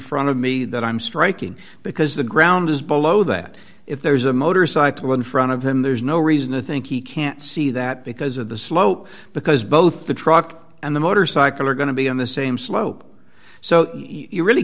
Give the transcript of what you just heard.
front of me that i'm striking because the ground is below that if there's a motorcycle in front of him there's no reason to think he can't see that because of the slope because both the truck and the motorcycle are going to be on the same slope so you really